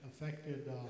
affected